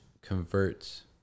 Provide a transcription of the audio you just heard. converts